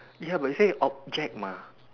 ya but you say object mah